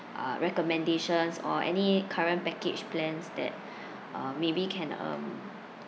uh recommendations or any current package plans that uh maybe can um